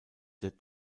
der